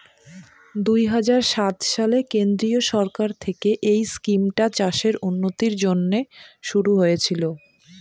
দুই হাজার সাত সালে কেন্দ্রীয় সরকার থেকে এই স্কিমটা চাষের উন্নতির জন্যে শুরু হয়েছিল